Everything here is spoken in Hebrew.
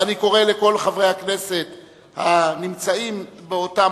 ואני קורא לכל חברי הכנסת הנמצאים באותם